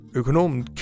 økonomen